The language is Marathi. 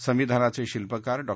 संविधानाचे शिल्पकार डॉ